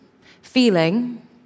feeling